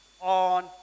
on